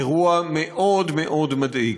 אירוע מאוד מאוד מדאיג.